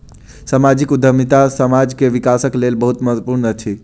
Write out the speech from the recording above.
सामाजिक उद्यमिता समाज के विकासक लेल बहुत महत्वपूर्ण अछि